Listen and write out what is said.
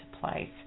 place